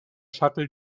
shuttle